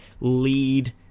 lead